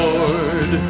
Lord